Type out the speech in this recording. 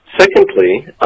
secondly